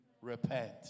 repent